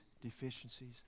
deficiencies